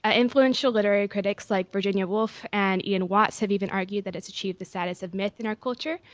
ah influential literary critics like virginia woolf and ian watt have even argue that it's achieved the status of myth in our culture.